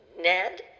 Ned